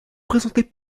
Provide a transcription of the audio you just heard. présentés